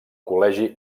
col·legi